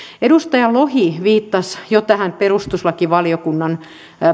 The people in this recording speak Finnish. edustaja lohi viittasi jo tähän perustuslakivaliokunnan